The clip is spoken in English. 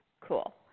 Cool